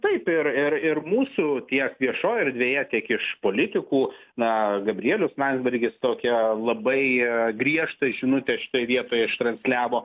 taip ir ir ir mūsų tiek viešojoj erdvėje tiek iš politikų na gabrielius landsbergis tokią labai griežtą žinutę šitoj vietoj ištransliavo